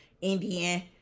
Indian